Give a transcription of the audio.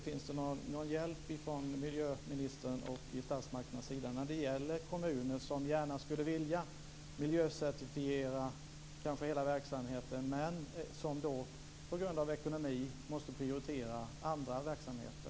Finns det någon hjälp från miljöministern och statsmakternas sida när det gäller kommuner som gärna skulle vilja miljöcertifiera kanske hela verksamheten, men som på grund av ekonomi måste prioritera andra verksamheter?